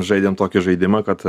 žaidėm tokį žaidimą kad